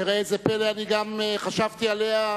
שראה זה פלא, גם אני חשבתי עליה,